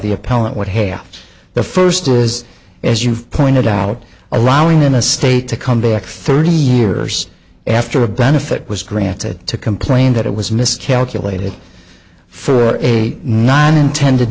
appellant what haoles the first is as you've pointed out allowing in a state to come back thirty years after a benefit was granted to complain that it was miscalculated for eight nine intended